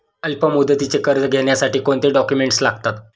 अल्पमुदतीचे कर्ज घेण्यासाठी कोणते डॉक्युमेंट्स लागतात?